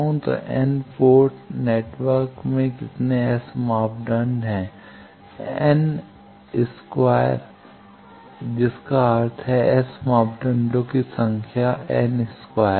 तो n port network में कितने S मापदंड हैं NXN हैं जिसका अर्थ है कि S मापदंडों के संख्या N2 हैं